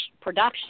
production